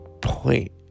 point